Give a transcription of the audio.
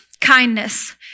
kindness